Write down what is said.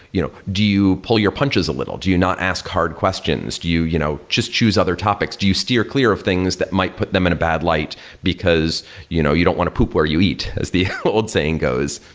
you know do you pull your punches a little? do you not ask hard questions? do you you know just choose other topics? do you steer clear of things that might put them in a bad light because you know you don't want to poop where you eat, as the old saying goes?